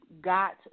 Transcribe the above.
got